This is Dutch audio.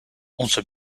onze